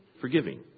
forgiving